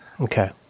Okay